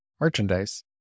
merchandise